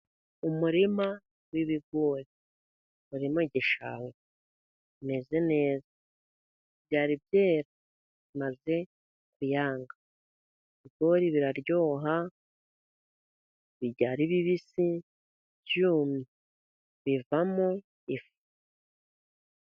Umurima w'ibigori uri mu gishanga, umeze neza, ntibyari byera bimaze kuyanga. Ibigori biraryoha, tubirya ari bibisi, byumye, bivamo ifu.